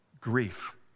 grief